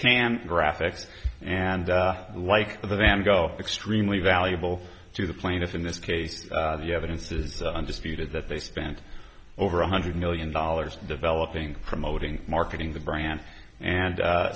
can graphic and like the van gogh extremely valuable to the plaintiff in this case the evidence is undisputed that they spent over one hundred million dollars developing promoting marketing the brand and